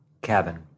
cabin